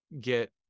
get